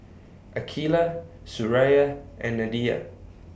Aqeelah Suraya and Nadia